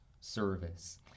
service